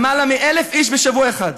למעלה מ-1,000 איש בשבוע אחד.